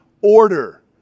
order